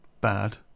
bad